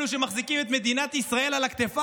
אלו שמחזיקים את מדינת ישראל על הכתפיים,